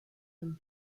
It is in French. une